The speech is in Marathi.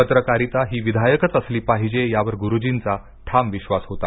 पत्रकारिता ही विधायकच असली पाहिजे यावर गुरुजींचा ठाम विश्वास होता